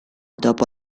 dopo